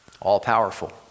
all-powerful